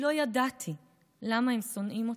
/ כי לא ידעתי למה הם שונאים אותי.